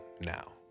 now